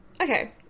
Okay